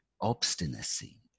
obstinacy